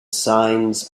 signs